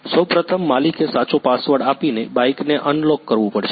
સૌ પ્રથમ માલિકે સાચો પાસવર્ડ આપીને બાઇકને અનલોક કરવું પડશે